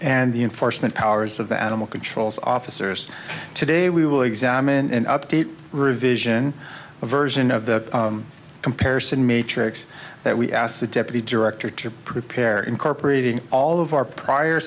and the enforcement powers of the animal control's officers today we will examine and update revision a version of the comparison matrix that we asked the deputy director to prepare incorporating all of our prior